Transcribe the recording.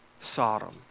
Sodom